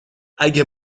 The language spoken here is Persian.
اگه